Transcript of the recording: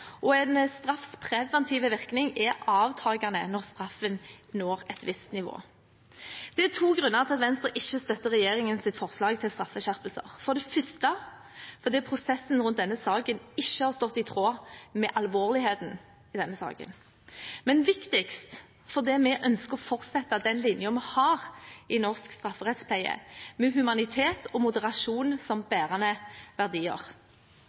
og en straffs preventive virkning er avtakende når straffen når et visst nivå. Det er to grunner til at Venstre ikke støtter regjeringens forslag til straffeskjerpelser. For det første er det fordi prosessen ikke har vært i tråd med alvorligheten til denne saken. Men det viktigste er at vi ønsker å fortsette den linjen vi har i norsk strafferettspleie, med humanitet og moderasjon som bærende verdier.